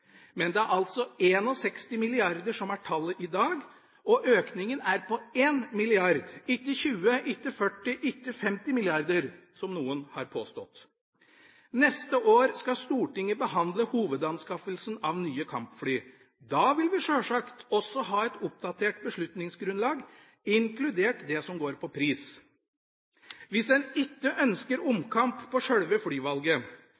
Men det er altså 61 mrd. kr som er tallet i dag, og økningen er på 1 mrd. kr – ikke 20, ikke 40, ikke 50, som noen har påstått. Neste år skal Stortinget behandle hovedanskaffelsen av nye kampfly. Da vil vi sjølsagt også ha et oppdatert beslutningsgrunnlag, inkludert det som går på pris. Hvis en ikke ønsker omkamp på sjølve flyvalget,